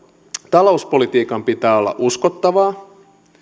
talouspolitiikan pitää olla uskottavaa